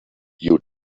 you